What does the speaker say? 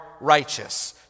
righteous